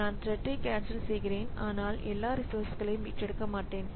நான் த்ரெட்டை கேன்சல் செய்கிறேன் ஆனால் எல்லா ரிசோர்சஸ்களையும் மீட்டெடுக்க மாட்டேன்